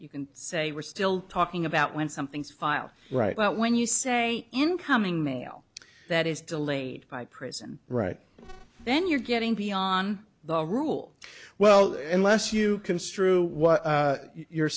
you can say we're still talking about when something's file right well when you say incoming mail that is delayed by prison right then you're getting beyond the rule well unless you construe what you're